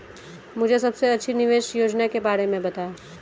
मुझे सबसे अच्छी निवेश योजना के बारे में बताएँ?